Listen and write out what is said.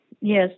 Yes